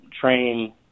train